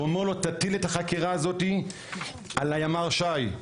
והוא אומר לו תטיל את החקירה הזו על הימ"ר ש"י.